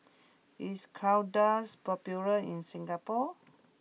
is Kordel's popular in Singapore